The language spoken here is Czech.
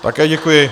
Také děkuji.